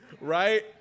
Right